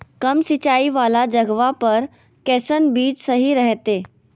कम सिंचाई वाला जगहवा पर कैसन बीज सही रहते?